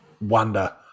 wonder